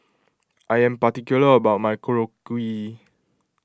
I am particular about my Korokke